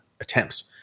attempts